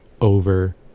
over